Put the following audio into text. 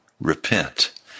repent